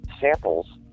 samples